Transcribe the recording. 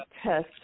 test